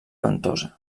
ventosa